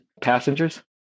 passengers